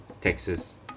Texas